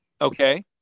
Okay